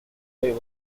flavor